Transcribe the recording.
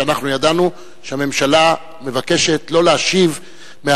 שאנחנו ידענו שהממשלה מבקשת שלא להשיב עליו